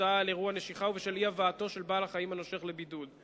הודעה על אירוע נשיכה ובשל אי-הבאתו של בעל-החיים הנושך לבידוד.